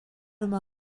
uma